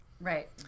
Right